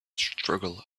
struggle